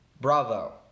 bravo